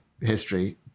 history